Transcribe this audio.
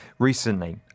Recently